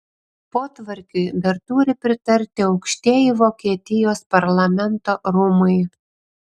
potvarkiui dar turi pritarti aukštieji vokietijos parlamento rūmai